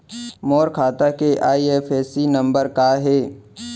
मोर खाता के IFSC number का हे?